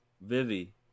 Vivi